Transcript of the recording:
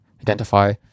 identify